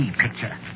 picture